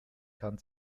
kann